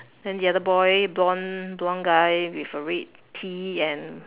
then the other boy blonde blonde guy with a red T and